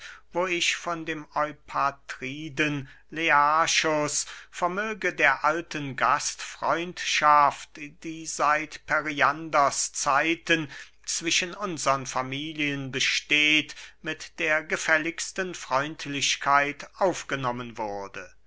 eupatriden wohlgeborne von den plebejischen unterschieden learchus vermöge der alten gastfreundschaft die seit perianders zeiten zwischen unsern familien besteht mit der gefälligsten freundlichkeit aufgenommen wurde